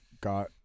got